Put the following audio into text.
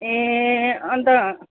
ए अन्त